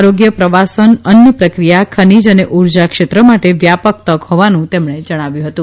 આરોગ્ય પ્રવાસન અન્ન પ્રક્રિયા ખનીજ અને ઉર્જા ક્ષેત્ર માટે વ્યાપક તક હોવાનું તેમણે જણાવ્યું હતું